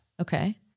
Okay